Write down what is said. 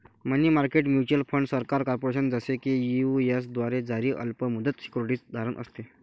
मनी market mutual fund सरकार, corporation, जसे की यू.एस द्वारे जारी अल्प मुदत सिक्युरिटीज धारण असते